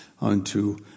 unto